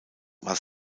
war